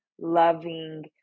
loving